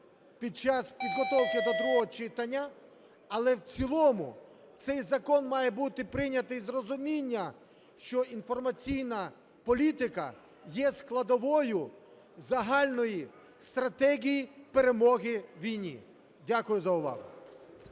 під час підготовки до другого читання, але в цілому цей закон має бути прийнятий з розуміння, що інформаційна політика є складовою загальної стратегії перемоги у війні. Дякую за увагу.